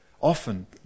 often